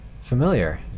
familiar